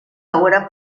ahora